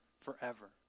forever